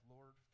Lord